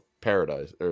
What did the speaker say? Paradise